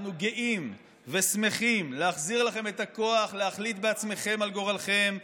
אנחנו גאים ושמחים להחזיר לכם את הכוח להחליט בעצמכם על גורלכם,